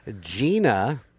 Gina